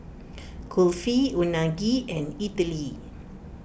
Kulfi Unagi and Idili